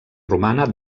romana